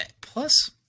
plus